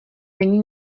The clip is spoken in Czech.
není